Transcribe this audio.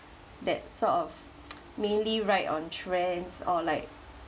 that sort of mainly ride on trends or like